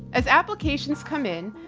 as applications come in,